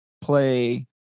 play